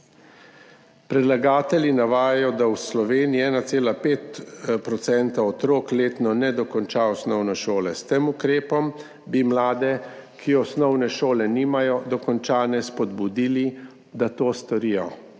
Predlagatelji navajajo, da v Sloveniji 1,5 % otrok letno ne dokonča osnovne šole. S tem ukrepom bi mlade, ki nimajo dokončane osnovne šole, spodbudili, da to storijo.